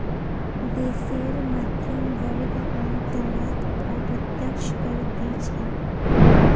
देशेर मध्यम वर्ग आमतौरत अप्रत्यक्ष कर दि छेक